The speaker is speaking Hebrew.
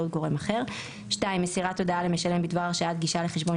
גורם אחר; מסירת הודעה למשלם בדבר הרשאת גישה לחשבון